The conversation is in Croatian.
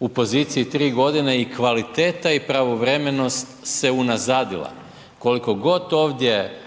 u poziciji tri godine i kvaliteta i pravovremenost se unazadila. Koliko god ovdje